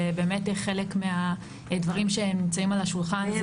ובאמת חלק מהדברים שנמצאים על השולחן זה